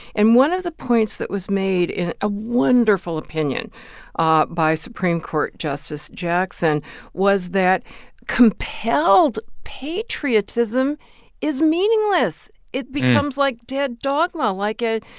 and one of the points that was made in a wonderful opinion ah by supreme court justice jackson was that compelled patriotism is meaningless. it becomes like dead dogma, like a,